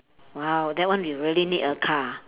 !wow! that one you really need a car